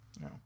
No